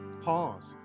Pause